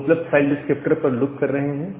हम उपलब्ध file descriptor पर लूप कर रहे हैं